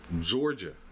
Georgia